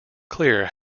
clear